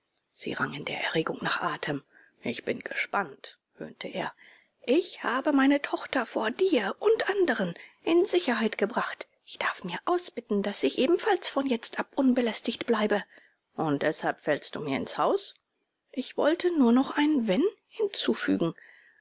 sie rang in der erregung nach atem ich bin gespannt höhnte er ich habe meine tochter vor dir und anderen in sicherheit gebracht ich darf mir ausbitten daß ich ebenfalls von jetzt ab unbelästigt bleibe und deshalb fällst du mir ins haus ich wollte nur noch ein wenn hinzufügen